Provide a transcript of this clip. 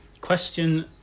Question